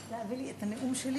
להביא לי את הנאום שלי.